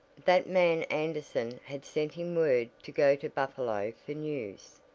that man anderson had sent him word to go to buffalo for news.